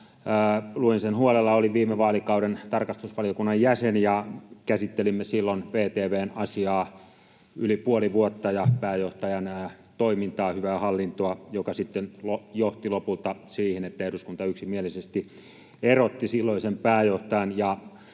luin sen huolella. Olin viime vaalikauden tarkastusvaliokunnan jäsen, ja käsittelimme silloin VTV:n asiaa — pääjohtajan toimintaa ja hyvää hallintoa — yli puoli vuotta, mikä sitten johti lopulta siihen, että eduskunta yksimielisesti erotti silloisen pääjohtajan